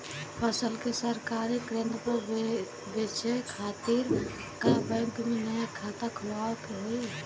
फसल के सरकारी केंद्र पर बेचय खातिर का बैंक में नया खाता खोलवावे के होई?